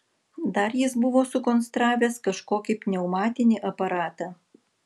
dar jis buvo sukonstravęs kažkokį pneumatinį aparatą